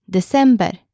December